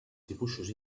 dibuixos